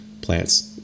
plants